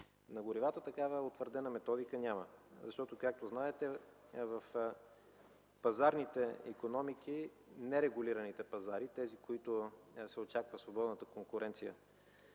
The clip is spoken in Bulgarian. кажа, че такава утвърдена методика няма. Както знаете, в пазарните икономики, в нерегулираните пазари, тези, в които се очаква свободната конкуренция